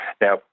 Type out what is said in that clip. Now